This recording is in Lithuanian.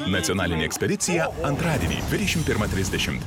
nacionalinė ekspedicija antradienį dvidešimt pirmą trisdešimt